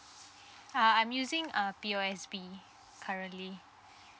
uh I'm using uh P_O_S_B currently